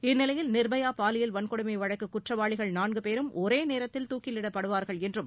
இந்நிலையில் நிர்பயா பாலியல் வன்கொடுமை வழக்கு குற்றவாளிகள் நான்கு பேரும் ஒரே நேரத்தில் தூக்கிலிடப்படுவார்கள் என்றும்